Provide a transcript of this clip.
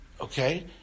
okay